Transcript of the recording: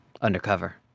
undercover